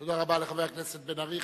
תודה רבה לחבר הכנסת בן-ארי.